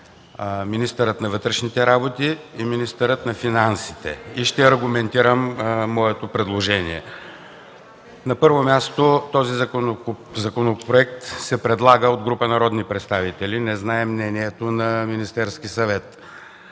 министърът на вътрешните работи и министърът на финансите и ще аргументирам моето предложение. На първо място, този законопроект се предлага от група народни представители, не знаем мнението на Министерския съвет.